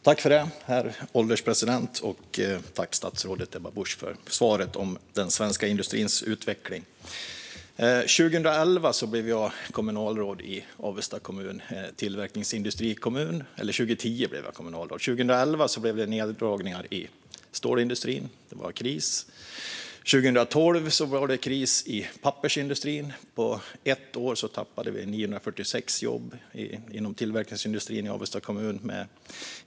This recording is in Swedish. Herr ålderspresident! Tack, statsrådet Ebba Busch, för svaret om den svenska industrins utveckling! År 2010 blev jag kommunalråd i tillverkningsindustrikommunen Avesta. År 2011 blev det neddragningar i stålindustrin. Det var kris. År 2012 var det kris i pappersindustrin. På ett år tappade vi 946 jobb inom tillverkningsindustrin i Avesta kommun.